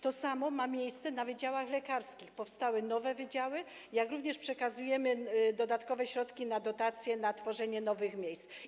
To samo ma miejsce na wydziałach lekarskich, powstały nowe wydziały, jak również przekazujemy dodatkowe środki na dotacje, na tworzenie nowych miejsc.